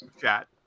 chat